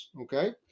okay